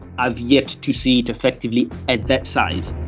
i've yet to see it effectively at that size.